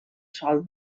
sol